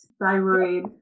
thyroid